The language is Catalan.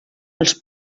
els